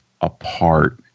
apart